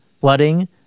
flooding